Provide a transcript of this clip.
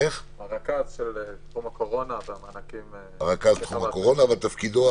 הרכז של תחום הקורונה והמענקים באגף התקציבים.